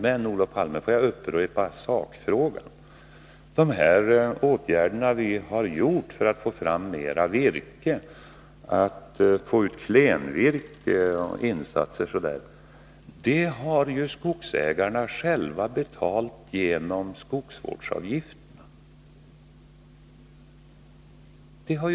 Men, Olof Palme, låt mig beträffande sakfrågan upprepa att de åtgärder som vi har vidtagit för att få fram mera virke, t.ex. klenvirke, har betalts av skogsägarna själva genom skogsvårdsavgifter.